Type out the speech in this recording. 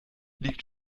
liegt